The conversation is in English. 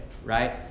Right